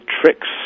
tricks